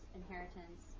inheritance